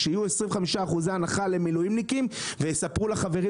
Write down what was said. כשיהיו 25% הנחה למילואימניקים ויספרו לחברים